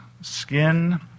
skin